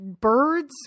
birds